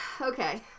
Okay